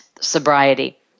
sobriety